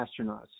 astronauts